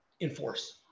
enforce